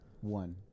one